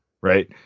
right